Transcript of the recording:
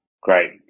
Great